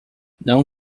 não